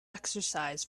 exercise